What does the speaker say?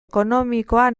ekonomikoa